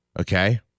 Okay